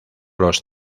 los